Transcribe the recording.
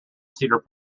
cedar